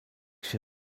się